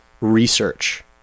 research